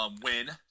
win